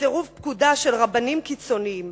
וסירוב פקודה של רבנים קיצונים.